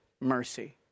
mercy